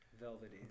Velvety